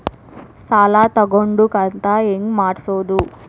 ಸಾಲ ತಗೊಂಡು ಕಂತ ಹೆಂಗ್ ಮಾಡ್ಸೋದು?